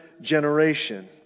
generation